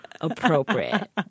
appropriate